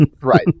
Right